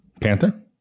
Panther